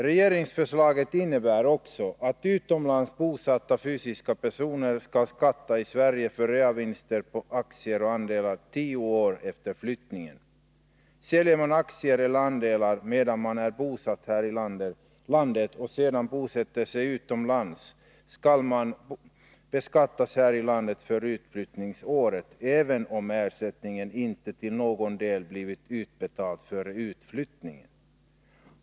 Regeringsförslaget innebär också att utomlands bosatta fysiska personer skall skatta i Sverige för reavinster på aktier och andelar tio år efter flyttningen. Säljer man aktier eller andelar medan man är bosatt här i landet och sedan bosätter sig utomlands, skall man beskattas här i landet under utflyttningsåret, även om ersättningen inte till någon del blivit utbetald före utflyttningen.